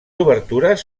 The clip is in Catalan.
obertures